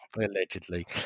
allegedly